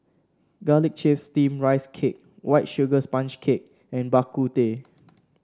garlic chive steamed Rice Cake White Sugar Sponge Cake and Bak Kut Teh